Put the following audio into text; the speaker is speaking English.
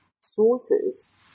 sources